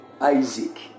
Isaac